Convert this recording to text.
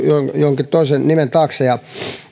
jonkin toisen nimen taakse ja kun